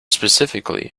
specifically